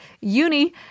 uni